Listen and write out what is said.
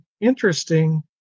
interesting